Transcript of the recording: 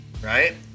right